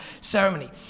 ceremony